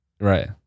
Right